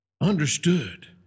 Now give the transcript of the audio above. understood